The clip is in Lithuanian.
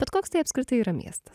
bet koks tai apskritai yra miestas